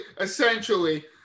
essentially